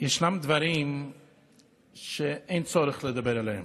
ישנם דברים שאין צורך לדבר עליהם.